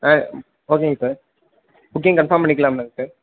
ஆ ஓகேங்க sir booking confirm பண்ணிக்கிலாம்லங்க sir